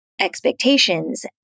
expectations